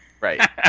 right